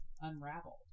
unraveled